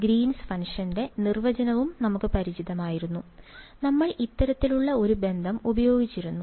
Green's ഫംഗ്ഷന്റെ നിർവചനവും നമുക്ക് പരിചിതമായിരുന്നു നമ്മൾ ഇത്തരത്തിലുള്ള ഒരു ബന്ധം ഉപയോഗിച്ചിരുന്നു